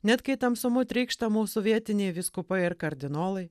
net kai tamsumu trykšta mūsų vietiniai vyskupai ar kardinolai